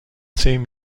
same